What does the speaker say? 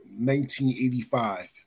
1985